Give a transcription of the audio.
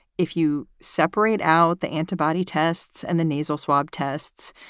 if you separate out the antibody tests and the nasal swab tests,